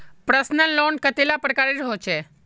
Personal loan कतेला प्रकारेर होचे?